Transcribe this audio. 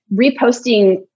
reposting